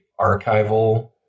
archival